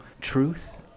truth